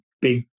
big